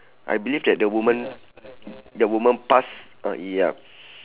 I believe that the woman the woman pass uh yup